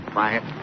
Quiet